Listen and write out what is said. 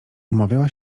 umawiała